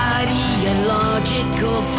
ideological